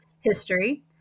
history